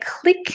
click